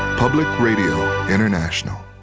public radio international.